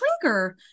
trigger